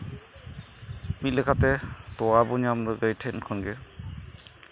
ᱢᱤᱫ ᱞᱮᱠᱟᱛᱮ ᱛᱚᱣᱟᱵᱚᱱ ᱧᱟᱢᱫᱟ ᱜᱟᱹᱭ ᱴᱷᱮᱱ ᱠᱷᱚᱱᱜᱮ